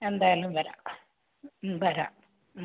എന്തായാലും വരാം വരാം